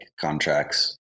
contracts